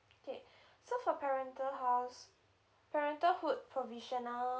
okay so for parental house parental hood provisional